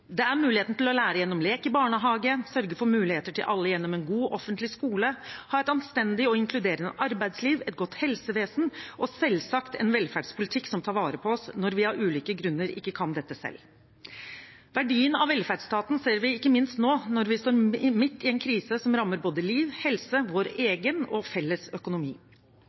Det er muligheten til å lære gjennom lek i barnehage, sørge for muligheter til alle gjennom en god offentlig skole, ha et anstendig og inkluderende arbeidsliv, et godt helsevesen og selvsagt en velferdspolitikk som tar vare på oss når vi av ulike grunner ikke kan dette selv. Verdien av velferdsstaten ser vi ikke minst nå, når vi står midt i en krise som rammer både liv, helse, vår egen og felles økonomi.